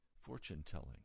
fortune-telling